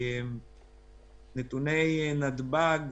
נתוני נתב"ג